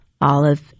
Olive